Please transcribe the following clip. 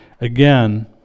Again